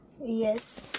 Yes